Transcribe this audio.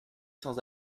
sans